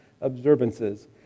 observances